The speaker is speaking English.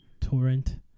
Torrent